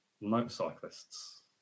motorcyclists